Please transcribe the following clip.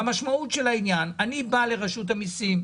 המשמעות של העניין זה שאני בא לרשות המיסים,